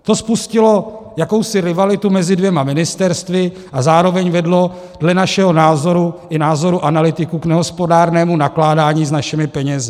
To spustilo jakousi rivalitu mezi dvěma ministerstvy a zároveň vedlo dle našeho názoru i názoru analytiků k nehospodárnému nakládání s našimi penězi.